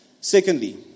Secondly